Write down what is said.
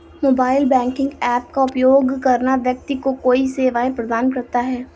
mobile banking app का उपयोग करना व्यक्ति को कई सेवाएं प्रदान करता है